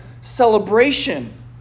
celebration